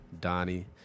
Donnie